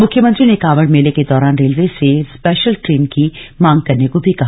मुख्यमंत्री ने कांवड़ मेले के दौरान रेलवे से स्पेशल ट्रेन की मांग करने को भी कहा